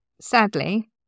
sadly